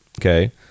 Okay